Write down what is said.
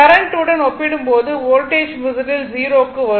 current உடன் ஒப்பிடும்போது voltage முதலில் 0 க்கு வரும்